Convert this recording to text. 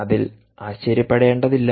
അതിൽ ആശ്ചര്യപ്പെടേണ്ടതില്ല